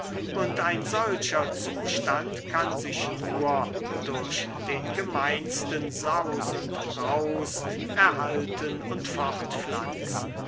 und ein solcher zustand kann sich nur durch den gemeinsten saus und braus erhalten und